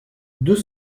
deux